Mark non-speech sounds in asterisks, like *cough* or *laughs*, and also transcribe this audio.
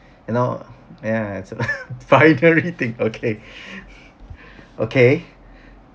you know ya it's a *laughs* finery thing okay *breath* okay